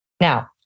Now